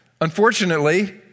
Unfortunately